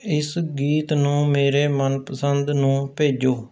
ਇਸ ਗੀਤ ਨੂੰ ਮੇਰੇ ਮਨਪਸੰਦ ਨੂੰ ਭੇਜੋ